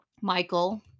Michael